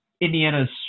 Indiana's